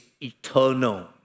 eternal